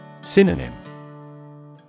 Synonym